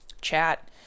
chat